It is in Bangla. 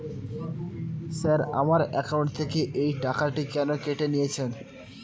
স্যার আমার একাউন্ট থেকে এই টাকাটি কেন কেটে নিয়েছেন?